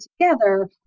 together